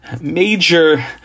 major